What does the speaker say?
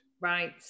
Right